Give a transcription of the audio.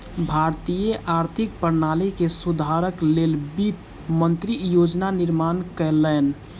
भारतीय आर्थिक प्रणाली के सुधारक लेल वित्त मंत्री योजना निर्माण कयलैन